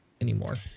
anymore